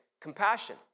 compassion